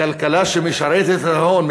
מכלכלה שמשרתת את ההון,